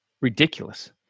Ridiculous